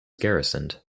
garrisoned